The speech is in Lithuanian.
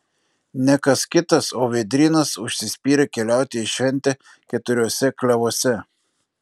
ne kas kitas o vėdrynas užsispyrė keliauti į šventę keturiuose klevuose